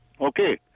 Okay